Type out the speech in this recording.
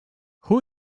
who